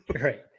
Right